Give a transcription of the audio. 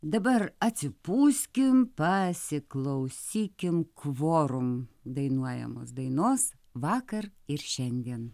dabar atsipūskim pasiklausykim kvorum dainuojamos dainos vakar ir šiandien